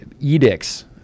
edicts